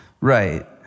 Right